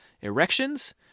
erections